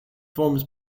forms